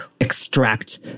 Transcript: extract